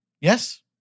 Yes